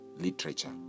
literature